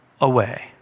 away